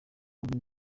wumve